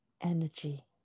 energy